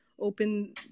Open